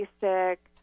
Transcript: basic